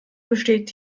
besteht